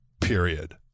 period